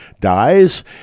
dies